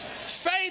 faith